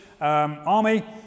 army